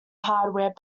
hardware